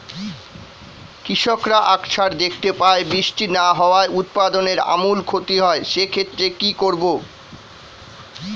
কৃষকরা আকছার দেখতে পায় বৃষ্টি না হওয়ায় উৎপাদনের আমূল ক্ষতি হয়, সে ক্ষেত্রে কি করব?